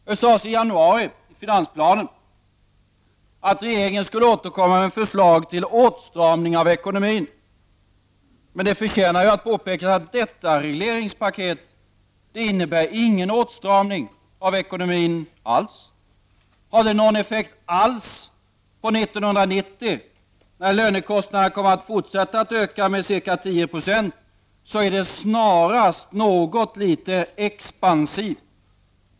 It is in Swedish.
Det sades i finansplanen i januari att regeringen skulle återkomma med förslag till åtstramning av ekonomin. Men det förtjänar att påpekas att detta regleringspaket inte alls innebär någon åtstramning av ekonomin. Har det någon effekt alls under 1990, när lönekostnaderna kommer att fortsätta att öka med ca 10 76, så är det snarast i något litet expansivt avseende.